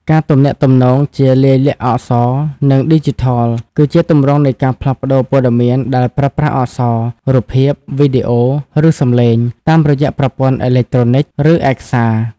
ការទំនាក់ទំនងជាលាយលក្ខណ៍អក្សរ និងឌីជីថល គឺជាទម្រង់នៃការផ្លាស់ប្តូរព័ត៌មានដែលប្រើប្រាស់អក្សរ រូបភាព វីដេអូ ឬសំឡេង តាមរយៈប្រព័ន្ធអេឡិចត្រូនិក ឬឯកសារ។